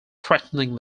threatening